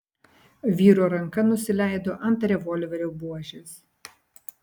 vyro ranka nusileido ant revolverio buožės